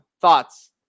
Thoughts